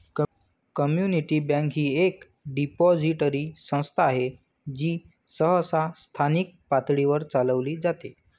community bank ही एक depository संस्था आहे जी सहसा स्थानिक पातळीवर चालविली जाते